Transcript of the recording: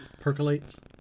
Percolates